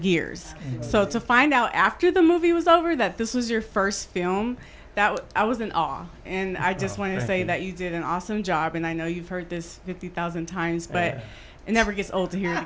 years so to find out after the movie was over that this was your first film that i was in awe and i just want to say that you did an awesome job and i know you've heard this fifty thousand times but never gets o